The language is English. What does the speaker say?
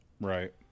Right